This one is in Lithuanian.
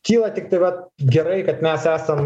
kyla tiktai va gerai kad mes esam